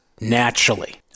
naturally